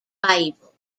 bible